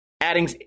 adding